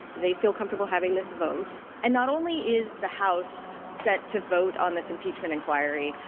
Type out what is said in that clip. they feel comfortable having this vote and not only is the house set to vote on this impeachment inquiry,